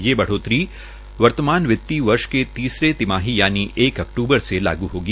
ये बढ़ोतरी वर्तमान वित्तीय वर्ष की तीसरी तिमाही से यानि पहली अक्तूबर से लागू होगी